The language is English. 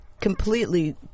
completely